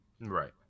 Right